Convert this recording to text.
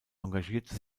engagierte